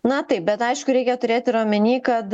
na taip bet aišku reikia turėt ir omeny kad